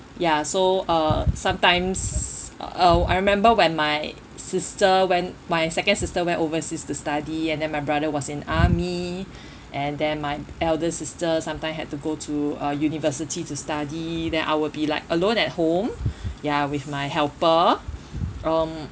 ya so uh sometimes uh I remember when my sister when my second sister went overseas to study and then my brother was in army and then my eldest sister sometimes had to go to uh university to study then I will be like alone at home ya with my helper um